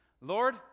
Lord